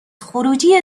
خروجی